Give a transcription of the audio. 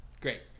Great